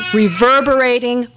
reverberating